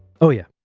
oh, yeah.